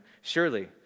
Surely